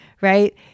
right